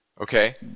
okay